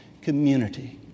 Community